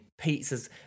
pizzas